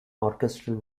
orchestral